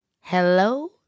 Hello